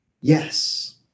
Yes